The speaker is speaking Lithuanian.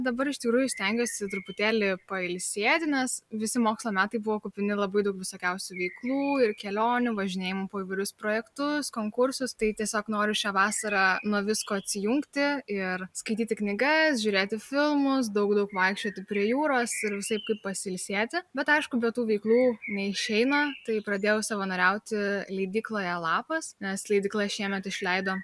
dabar iš tikrųjų stengiuosi truputėlį pailsėti nes visi mokslo metai buvo kupini labai daug visokiausių veiklų ir kelionių važinėjimų po įvairius projektus konkursus tai tiesiog noriu šią vasarą nuo visko atsijungti ir skaityti knygas žiūrėti filmus daug daug vaikščioti prie jūros ir visaip kaip pasiilsėti bet aišku be tų veiklų neišeina tai pradėjau savanoriauti leidykloje lapas nes leidykla šiemet išleido